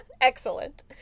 Excellent